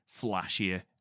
flashier